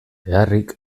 beharrik